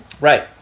Right